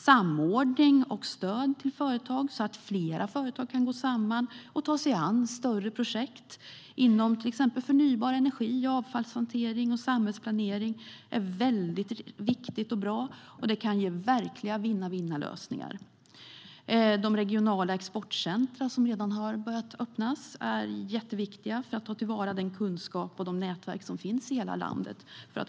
Samordning och stöd till företag så att flera företag kan gå samman och ta sig an större projekt inom till exempel förnybar energi, avfallshantering och samhällsplanering är viktigt och bra. Det kan ge verkliga vinn-vinnlösningar. De regionala exportcentrumen, som redan har börjat öppnas, är jätteviktiga för att ta till vara den kunskap och de närverk som finns i hela landet.